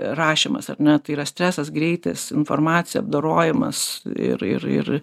rašymas ar ne tai yra stresas greitis informacija apdorojimas ir ir ir